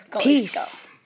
Peace